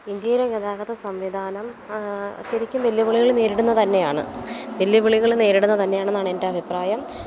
ഇന്ത്യയിലെ ഗതാഗത സംവിധാനം ശരിക്കും വെല്ലുവിളികൾ നേരിടുന്നത് തന്നെയാണ് വെല്ലുവിളികൾ നേരിടുന്നത് തന്നെയാണ് എന്നാണ് എൻ്റെ അഭിപ്രായം